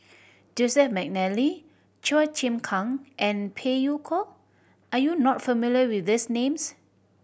Joseph McNally Chua Chim Kang and Phey Yew Kok are you not familiar with these names